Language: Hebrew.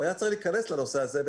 והיה צריך להיכנס לנושא הזה,